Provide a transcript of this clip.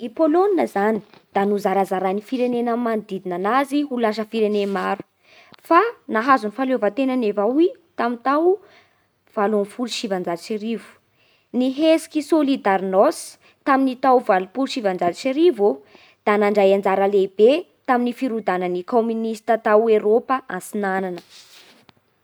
I Polonina zany da nozarazarai'ny firenena manodidina anazy ho lasa firene maro. Fa nahazo ny fahaleovan-tenany avao i tamin'ny tao valo ambin'ny folo sy sivanjato sy arivo. Ny hetsiky sôlidarnôsy tamin'ny tao valopolo sy sivanjato sy arivo ô da nandray anjara lehibe tamin'ny firodanan'ny kaominista tao Eorôpa antsinana.